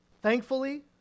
Thankfully